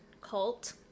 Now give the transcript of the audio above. cult